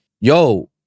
yo